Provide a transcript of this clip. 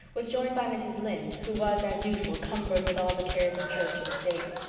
was joined by mrs. lynde, who was as usual cumbered with all the cares of church and state.